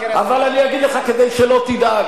אתה לא מכיר, אבל אני אגיד לך, כדי שלא תדאג.